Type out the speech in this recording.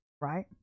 right